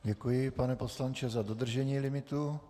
Děkuji, pane poslanče, za dodržení limitu.